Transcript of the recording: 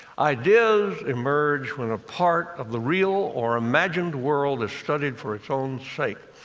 ideas emerge when a part of the real or imagined world is studied for its own sake.